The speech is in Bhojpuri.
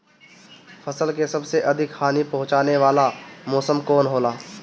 फसल के सबसे अधिक हानि पहुंचाने वाला मौसम कौन हो ला?